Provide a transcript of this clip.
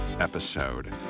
episode